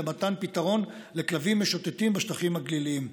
למתן פתרון לכלבים משוטטים בשטחים הגליליים.